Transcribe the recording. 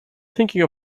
thinking